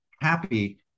happy